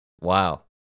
Wow